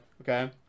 Okay